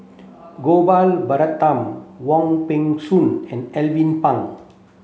Gopal Baratham Wong Peng Soon and Alvin Pang